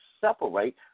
separate